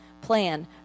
plan